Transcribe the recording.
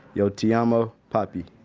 yo ti amo, papi.